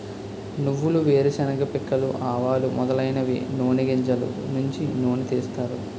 నువ్వులు వేరుశెనగ పిక్కలు ఆవాలు మొదలైనవి నూని గింజలు నుంచి నూనె తీస్తారు